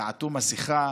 תעטו מסכה,